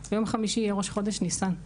בראש חמישי יהיה ראש חודש ניסן,